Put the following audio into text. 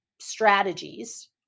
strategies